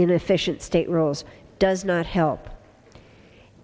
inefficient state rules does not help